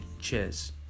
cheers